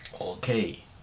okay